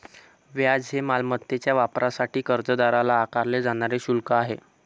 व्याज हे मालमत्तेच्या वापरासाठी कर्जदाराला आकारले जाणारे शुल्क आहे